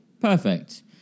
Perfect